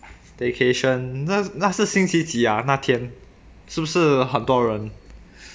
staycation 那那是星期几啊那天是不是很多人